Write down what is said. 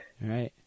Right